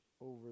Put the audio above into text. over